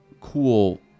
cool